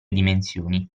dimensioni